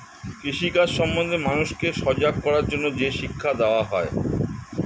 কৃষি কাজ সম্বন্ধে মানুষকে সজাগ করার জন্যে যে শিক্ষা দেওয়া হয়